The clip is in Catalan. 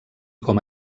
com